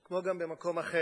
כמו גם במקום אחר,